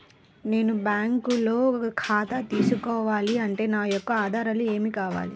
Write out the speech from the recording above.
నేను బ్యాంకులో ఖాతా తీసుకోవాలి అంటే నా యొక్క ఆధారాలు ఏమి కావాలి?